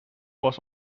was